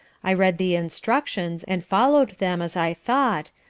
i read the instructions, and followed them as i thought,